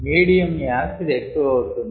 medium acid ఎక్కువవుతుంది